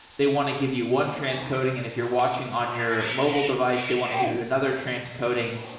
they want to give you one transcoding, and if you're watching on your mobile device, they want to give you another transcoding,